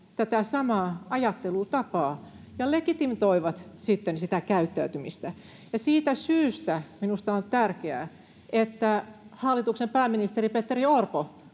tätä samaa ajattelutapaa ja legitimoivat sitten sitä käyttäytymistä. Siitä syystä minusta on tärkeää, että hallituksen pääministeri Petteri Orpo